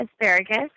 asparagus